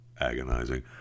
agonizing